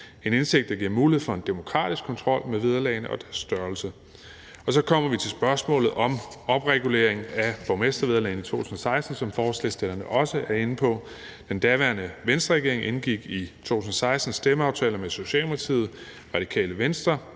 en indsigt, der giver mulighed for en demokratisk kontrol med vederlagene og deres størrelse. Og så kommer vi til spørgsmålet om opregulering af borgmestervederlagene i 2016, som forslagsstillerne også er inde på. Den daværende Venstreregering indgik i 2016 stemmeaftaler med Socialdemokratiet, Radikale Venstre,